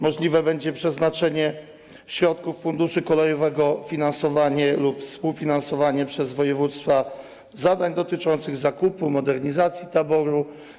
Możliwe będzie przeznaczenie na to środków Funduszu Kolejowego, finansowanie lub współfinansowanie przez województwa zadań dotyczących zakupu, modernizacji taboru.